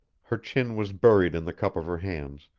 her chin was buried in the cup of her hands,